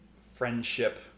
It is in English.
friendship